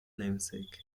namesake